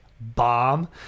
bomb